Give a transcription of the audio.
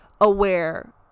aware